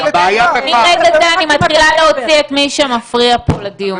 מרגע זה אני מתחילה להוציא את מי שמפריע פה לדיון.